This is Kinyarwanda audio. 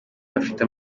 bafite